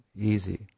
easy